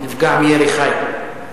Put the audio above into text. נפגע מירי חי,